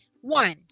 One